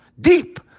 deep